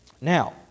Now